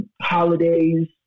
holidays